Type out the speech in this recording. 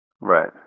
right